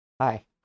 Hi